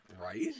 right